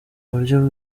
buryo